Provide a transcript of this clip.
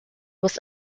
was